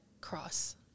cross